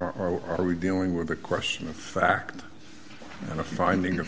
or are we dealing with the question of fact and a finding